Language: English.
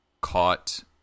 caught